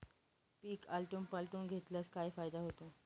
पीक आलटून पालटून घेतल्यास काय फायदा होतो?